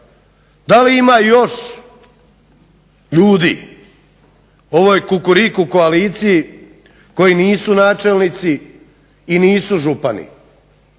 Da li ima još ljudi u ovoj kukuriku koaliciji koji nisu načelnici i nisu župani